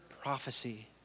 prophecy